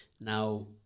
Now